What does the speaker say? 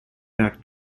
back